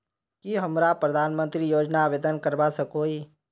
की हमरा प्रधानमंत्री योजना आवेदन करवा सकोही?